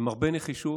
עם הרבה נחישות,